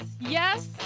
yes